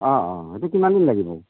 অঁ অঁ সেইটো কিমান দিন লাগিব